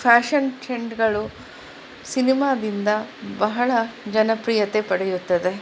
fashion ಟ್ರೆಂಡ್ಗಳು ಸಿನಿಮಾದಿಂದ ಬಹಳ ಜನಪ್ರಿಯತೆ ಪಡೆಯುತ್ತದೆ